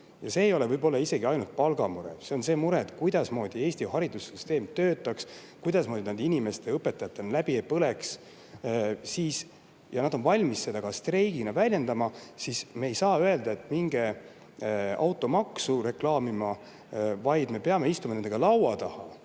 see ei ole võib-olla ainult palgamure, vaid mure, kuidasmoodi Eesti haridussüsteem töötab, kuidasmoodi nad inimeste ja õpetajatena läbi ei põle – ja nad on valmis seda ka streigiga väljendama, siis me ei saa öelda, et minge automaksu reklaamima, vaid me peame istuma nendega laua taha